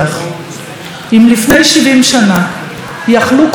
אם לפני 70 שנה יכלו כל המנהיגים לעשות